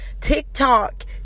TikTok